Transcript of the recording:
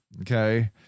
okay